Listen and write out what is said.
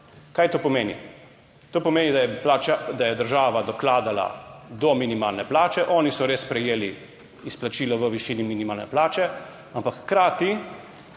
Kaj to pomeni? To pomeni, da je plača, da je država dokladala do minimalne plače, oni so res prejeli izplačila v višini minimalne plače, ampak hkrati